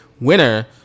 winner